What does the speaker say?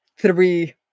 three